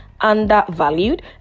undervalued